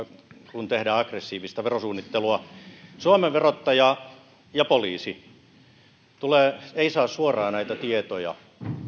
kun tehdään aggressiivista verosuunnittelua suomen verottaja ja poliisi eivät saa suoraan näitä tietoja